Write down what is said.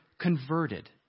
converted